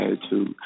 attitude